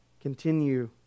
Continue